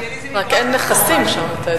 רק שיהיה לי איזה מגרש למכור.